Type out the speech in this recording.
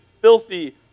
filthy